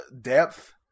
depth